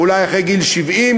אולי אחרי גיל 70,